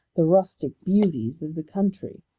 the rustic beauties of the country.